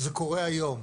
זה קורה היום.